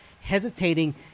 hesitating